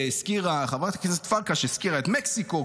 חברת כנסת פרקש הזכירה את מקסיקו,